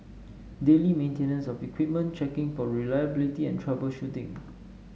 daily maintenance of equipment checking for reliability and troubleshooting